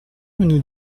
nous